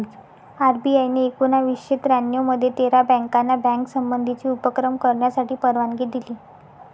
RBI ने एकोणावीसशे त्र्यानऊ मध्ये तेरा बँकाना बँक संबंधीचे उपक्रम करण्यासाठी परवानगी दिली